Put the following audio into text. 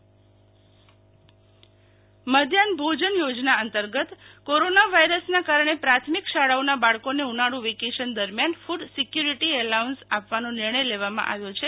food security allowance મધ્યાહન ભોજન યોજના અંતર્ગત કોરોના વાયરસના કારણે પ્રાથમિક શાળાઓના બાળકોને ઉનાળુ વેકેશન દરમ્યાન ફૂડ સિક્યુરીટી એલાઉન્સ આપવાનો નિર્ણય લેવામાં આવ્યો છે